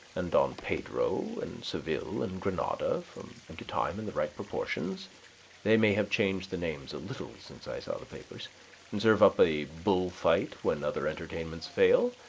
and don pedro and seville and granada, from time um to time in the right proportions they may have changed the names a little since i saw the papers and serve up a bull-fight when other entertainments fail,